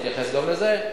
אני אתייחס גם לזה.